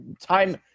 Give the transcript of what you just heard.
time